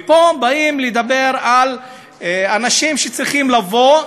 ופה באים לדבר על אנשים שצריכים לבוא,